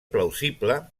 plausible